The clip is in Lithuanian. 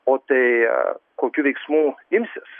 o tai kokių veiksmų imsis